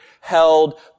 held